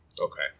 Okay